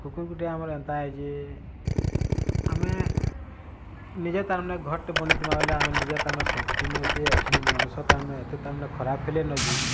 କୁକୁର୍ ଗୁଟେ ଆମର୍ ଏନ୍ତା ଏ ଯେ ଆମେ ନିଜେ ତାର୍ମାନେ ଘର୍ ଟେ ବନାଇଥିମା ବେଲେ ଆମେ ନିଜେ ତାର୍ମାନେ ସେଫ୍ଟି ନୁହେଁ ସେ ଏଛେନ୍ ମଣିଷ ତାର୍ମାନେ ଏତେ ତାର୍ମାନେ ଖରାପ୍ ହେଲେନ ଯେ